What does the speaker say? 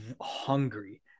hungry